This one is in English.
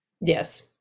Yes